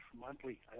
Monthly